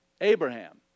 Abraham